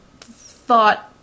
thought